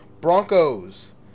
Broncos